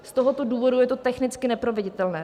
Z tohoto důvodu je to technicky neproveditelné.